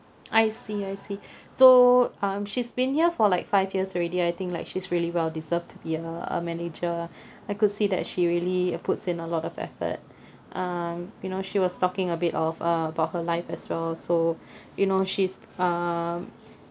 I see I see so um she's been here for like five years already I think like she's really well deserved to be a a manager lah I could see that she really uh puts in a lot of effort um you know she was talking a bit of uh about her life as well so you know she's um